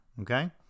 Okay